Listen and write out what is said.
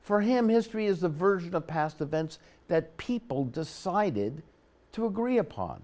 for him history is the version of past events that people decided to agree upon